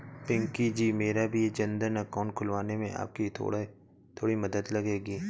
पिंकी जी मेरा भी जनधन अकाउंट खुलवाने में आपकी थोड़ी मदद लगेगी